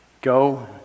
go